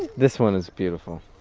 this one is beautiful